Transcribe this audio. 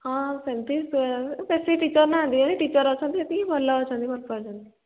ହଁ ସେମିତି ସେ ସେଇଠି ଟିଚର୍ ନାହାନ୍ତି ଏ ଟିଚର୍ ଅଛନ୍ତି ଯେତିକି ଭଲ ଅଛନ୍ତି ଭଲ ପାଉଛନ୍ତି